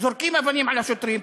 זורקים אבנים על השוטרים,